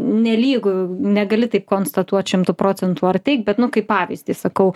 nelygu negali taip konstatuot šimtu procentų ar taip bet nu kaip pavyzdį sakau